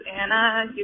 Anna